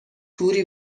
توری